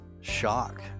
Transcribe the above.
shock